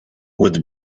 with